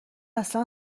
اصلا